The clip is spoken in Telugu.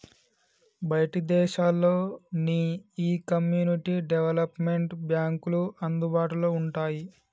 బయటి దేశాల్లో నీ ఈ కమ్యూనిటీ డెవలప్మెంట్ బాంక్లు అందుబాటులో వుంటాయి